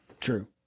true